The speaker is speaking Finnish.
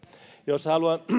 jos haluan